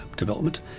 development